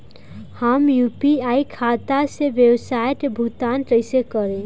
हम यू.पी.आई खाता से व्यावसाय के भुगतान कइसे करि?